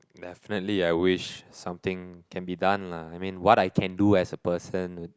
definitely I wish something can be done lah I mean what I can do as a person with